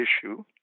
issue